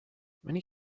many